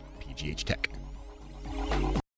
PGHtech